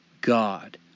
God